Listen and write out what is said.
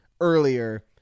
earlier